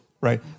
right